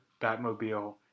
Batmobile